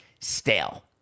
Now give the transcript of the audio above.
stale